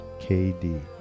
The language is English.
KD